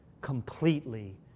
completely